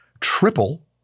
triple